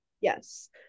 Yes